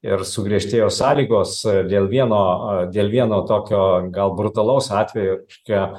ir sugriežtėjo sąlygos dėl vieno dėl vieno tokio gal brutalaus atvejo reiškia